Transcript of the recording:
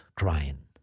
crying